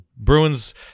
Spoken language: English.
Bruins